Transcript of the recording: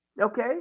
Okay